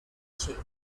chief